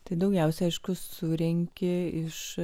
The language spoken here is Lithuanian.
tai daugiausiai aiškūs surenki iš